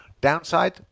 Downside